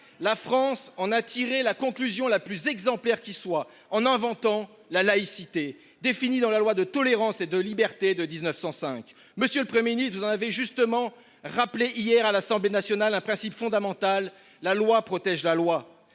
La France en a tiré la conclusion la plus exemplaire qui soit en inventant la laïcité, définie dans la loi de tolérance et de liberté de 1905. Monsieur le Premier ministre, vous en avez justement rappelé hier à l'Assemblée nationale un principe fondamental, la loi protège la loi.